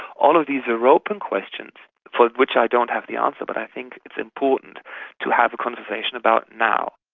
all of these are open questions for which i don't have the answer, but i think it's important to have a conversation about now.